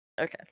Okay